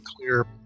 clear